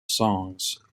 songs